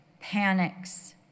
panics